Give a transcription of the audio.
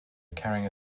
carrying